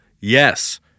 Yes